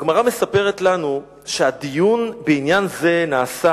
הגמרא מספרת לנו שהדיון בעניין זה נעשה